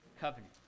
covenant